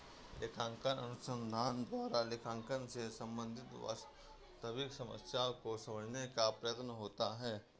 लेखांकन अनुसंधान द्वारा लेखांकन से संबंधित वास्तविक समस्याओं को समझाने का प्रयत्न होता है